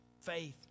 faith